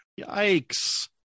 Yikes